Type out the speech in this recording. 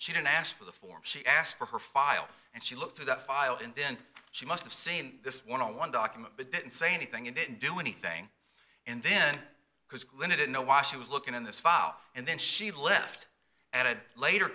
she didn't ask for the forms she asked for her file and she looked through that file and then she must have seen this one on one document but didn't say anything and didn't do anything and then because clinton know why she was looking in this file and then she left at a later